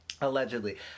Allegedly